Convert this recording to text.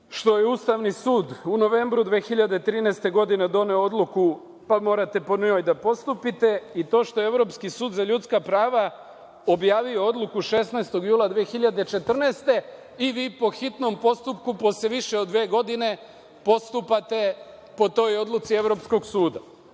što je Ustavni sud u novembru mesecu 2013. godine doneo odluku, pa morate po njoj da postupite i to što je Evropski sud za ljudska prava objavio odluku 16. jula 2014. godine i vi po hitnom postupku, posle više od dve godine, postupate po toj odluci Evropskog suda.